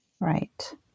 Right